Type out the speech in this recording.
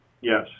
Yes